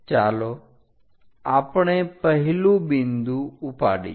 ચાલો આપણે પહેલું બિંદુ ઉપાડીએ